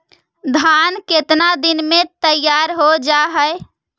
धान केतना दिन में तैयार हो जाय है?